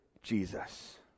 Jesus